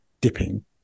dipping